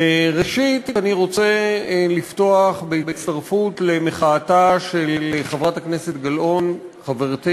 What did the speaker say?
אני רוצה לפתוח בהצטרפות למחאתה של חברת הכנסת גלאון חברתי